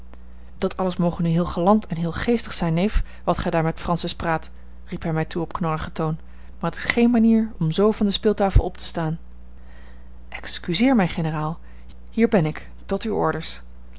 dat alles moge nu heel galant en heel geestig zijn neef wat gij daar met francis praat riep hij mij toe op knorrigen toon maar t is geen manier om zoo van de speeltafel op te staan excuseer mij generaal hier ben ik tot uwe orders